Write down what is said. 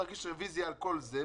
נגיש רביזיה על כל זה,